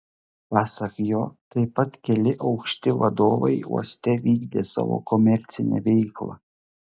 pasak jo taip pat keli aukšti vadovai uoste vykdė savo komercinę veiklą